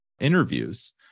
interviews